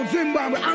Zimbabwe